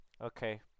Okay